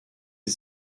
est